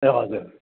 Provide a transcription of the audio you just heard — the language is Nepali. ए हजुर